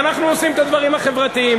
ואנחנו עושים את הדברים החברתיים.